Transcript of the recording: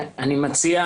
אני מציע,